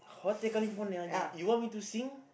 Hotel California you you want me to sing